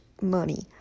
money